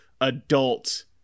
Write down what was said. adult